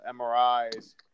MRIs